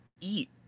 eat